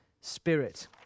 spirit